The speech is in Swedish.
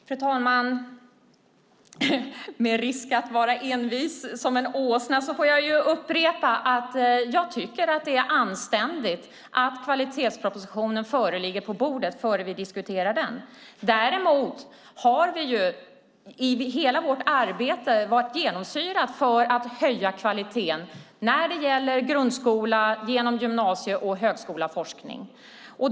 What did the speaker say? Fru talman! Med risk att vara envis som en åsna får jag upprepa att jag tycker att det är anständigt att kvalitetspropositionen ligger på bordet innan vi diskuterar den. Däremot har hela vårt arbete varit genomsyrat av målet att höja kvaliteten när det gäller grundskola och gymnasium, högskola och forskning.